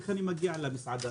איך אני מגיע למסעדה?